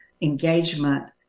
engagement